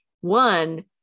one